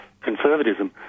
conservatism